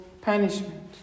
punishment